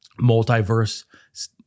multiverse